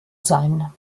sein